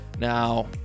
now